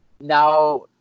now